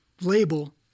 label